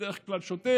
שבדרך כלל שותק,